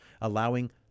allowing